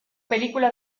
película